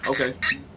Okay